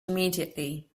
immediately